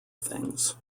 things